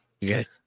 Yes